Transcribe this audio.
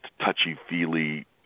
touchy-feely